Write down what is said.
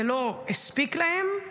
זה לא הספיק להם,